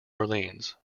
orleans